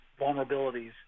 vulnerabilities